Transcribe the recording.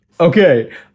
Okay